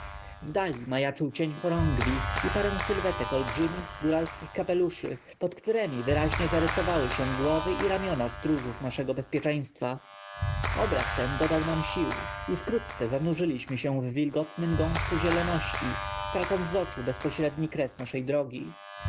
dali majaczył cień chorągwi i parę sylwetek olbrzymich góralskich kapeluszy p dpod któremi wyraźnie zarysowały się głowy i ramiona stróżów naszego bezpieczeństwa obraz ten dodał nam sił i wkrótce zanurzyliśmy się w wilgotnym gąszczu zieloności tracąc z oczu bezpośredni kres naszej drogi